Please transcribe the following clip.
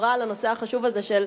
דיברה על הנושא החשוב הזה של,